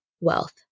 wealth